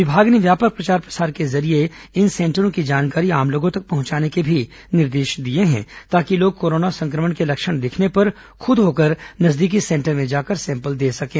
विभाग ने व्यापक प्रचार प्रसार के जरिये इन सेंटरों की जानकारी आम लोगों तक पहुंचाने के भी निर्देश दिए हैं ताकि लोग कोरोना संक्रमण के लक्षण दिखने पर खुद होकर नजदीकी सेंटर में जाकर सैंपल दे सकें